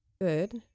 good